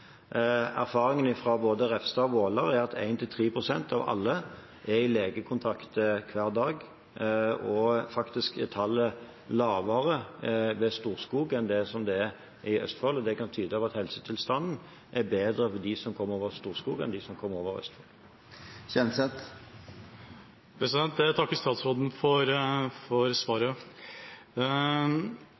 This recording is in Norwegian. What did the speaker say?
Erfaringen fra både Refstad og Våler er at 1–3 pst. av alle er i kontakt med lege hver dag, og faktisk er tallet lavere ved Storskog enn i Østfold. Det kan tyde på at helsetilstanden er bedre for dem som kommer over Storskog enn for dem som kommer over Østfold. Jeg takker statsråden for svaret.